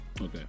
Okay